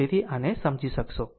તેથી આ સમય ને સમજી શકશો